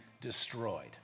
destroyed